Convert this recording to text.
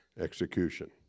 execution